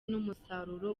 n’umusaruro